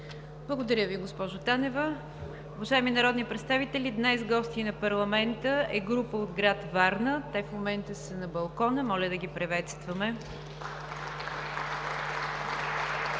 Благодаря Ви, госпожо Танева. Уважаеми народни представители, днес гости на парламента са група от град Варна – в момента са на балкона. Моля да ги приветстваме.